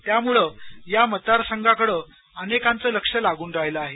त्यामुळंच या मतदार संघाकडे अनेकांचं लक्ष लागून राहिलेलं आहे